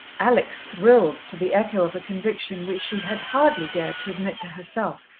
alex thrilled to the echo of a conviction which she had hardly dared to admit to herself.